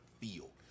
feel